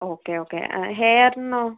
okay okay ഹെയറിനോ